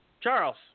Charles